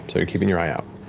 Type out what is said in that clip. so you're keeping your eye out.